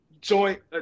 joint